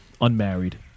unmarried